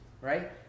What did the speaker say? right